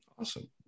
Awesome